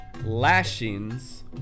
lashings